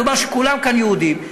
מדובר כשכולם כאן יהודים.